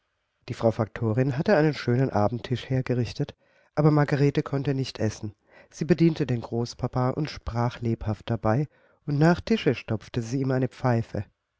die frau faktorin hatte einen schönen abendtisch hergerichtet aber margarete konnte nicht essen sie bediente den großpapa und sprach lebhaft dabei und nach tische stopfte sie ihm eine pfeife